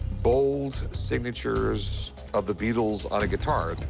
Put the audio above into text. bold signatures of the beatles on a guitar.